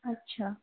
اچھا